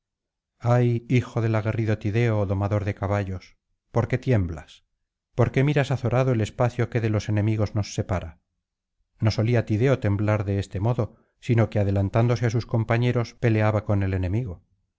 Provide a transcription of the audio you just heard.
ay hijo del aguerrido tideo domador de caballos por qué tiemblas por qué miras azorado el espacio que de los enemigos nos separa no solía tideo temblar de este modo sino que adelantándose á sus compañeros peleaba con el enemigo